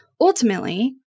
ultimately